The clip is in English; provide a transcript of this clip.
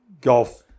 golf